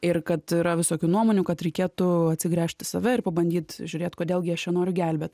ir kad yra visokių nuomonių kad reikėtų atsigręžt į save ir pabandyt žiūrėt kodėl gi aš čia noriu gelbėt